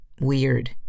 weird